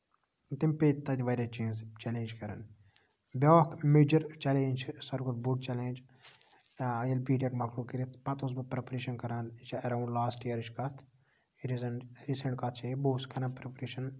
تِم پیٚیہِ تَتہِ واریاہ چیٖز چیلینج کَرَن بیاکھ میجر چیلینج چھُ ساروی کھۄتہٕ بوٚڑ چیلینج ییٚلہِ بی ٹیٚک مۄکلوو کٔرِتھ پَتہٕ اوسُس بہٕ پریپریشَن کران یہِ چھِ اٮ۪راوُنڈ لاسٹ یِیَرٕچ کَتھ رِزَنٹ ریٖسینٹ کَتھ چھ یہِ بہٕ اوسُس کران پریپریشَن